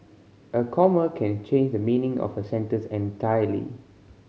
a comma can change the meaning of a sentence entirely